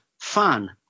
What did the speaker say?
fun